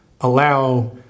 allow